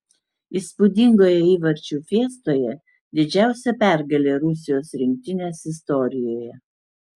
įspūdingoje įvarčių fiestoje didžiausia pergalė rusijos rinktinės istorijoje